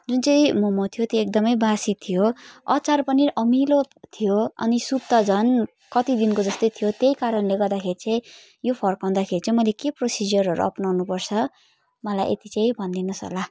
जुन चाहिँ मोमो थियो त्यो एकदमै बासी थियो अचार पनि अमिलो थियो अनि सुप त झन् कति दिनको जस्तै थियो त्यही कारणले गर्दाखेरि चाहिँ यो फर्काउँदाखेरि चाहिँ मैले के प्रोसिजरहरू अपनाउनु पर्छ मलाई यति चाहिँ भनिदिनुहोस् होला